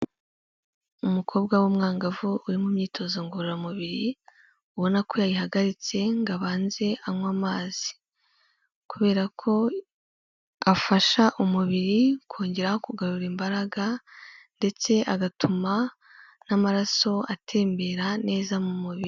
Umukobwa w'umwangavu uri mu myitozo ngororamubiri, ubona ko yayihagaritse ngo abanze anywe amazi, kubera ko afasha umubiri kongeraho kugarura imbaraga, ndetse agatuma n'amaraso atembera neza mu mubiri.